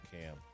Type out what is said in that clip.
Cam